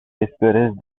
discouraged